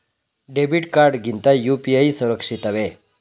Debit card ಗಿಂತ UPI ಸುರಕ್ಷಿತವೇ?